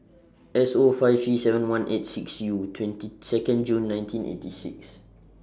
S O five three seven one eight six U twenty Second June nineteen eighty six